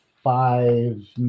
Five